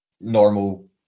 normal